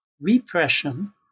Repression